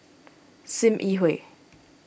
Sim Yi Hui